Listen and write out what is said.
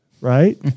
right